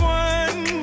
one